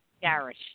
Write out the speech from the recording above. Garish